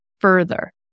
further